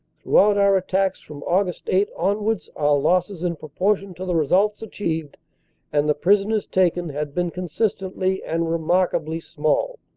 throughout our attacks from aug. eight onwards our losses in proportion to the results achieved and the prisoners taken had been consistently and remarkably small.